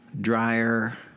dryer